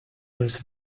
was